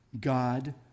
God